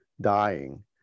dying